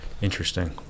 Interesting